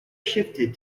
shifted